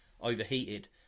overheated